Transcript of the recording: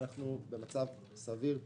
אנחנו במצב סביר פלוס.